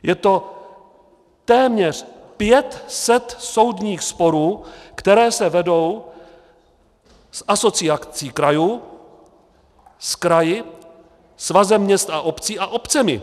Je to téměř 500 soudních sporů, které se vedou s Asociací krajů a s kraji, Svazem měst a obcí a obcemi.